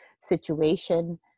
situation